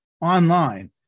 online